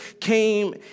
came